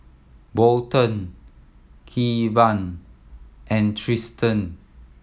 Burton Kevan and Triston